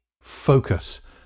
focus